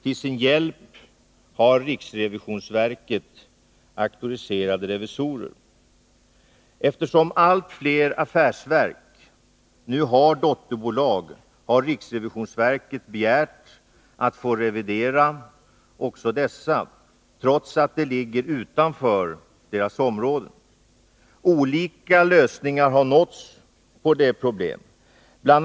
Till sin hjälp har riksrevisionsverket auktoriserade revisorer. Eftersom allt fler affärsverk nu har dotterbolag, har riksrevisionsverket begärt att få revidera också dessa trots att de ligger utanför dess område. Olika lösningar har nåtts på det problemet. Bl.